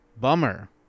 Bummer